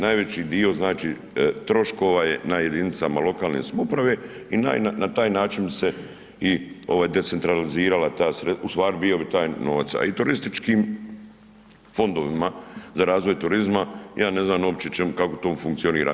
Najveći dio znači troškova je na jedinicama lokalne samouprave i na taj način bi se i ovaj decentralizirala ta sredstva u stvari bio bi taj novac, a i turističkim fondova za razvoj turizma ja ne znam uopće kako to funkcionira.